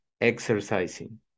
exercising